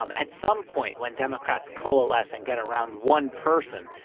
um at some point, when democrats coalesce and get around one person,